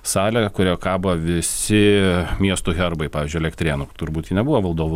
salė kurioje kaba visi miestų herbai pavyzdžiui elektrėnų turbūt ji nebuvo valdovų